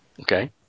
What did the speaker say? Okay